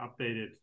updated